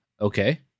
Okay